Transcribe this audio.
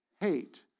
hate